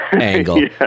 angle